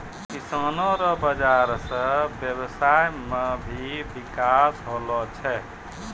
किसानो रो बाजार से व्यबसाय मे भी बिकास होलो छै